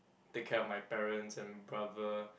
take care of my parents and brother